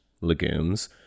legumes